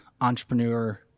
entrepreneur